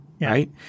right